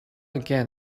again